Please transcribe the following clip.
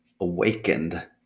awakened